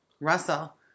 Russell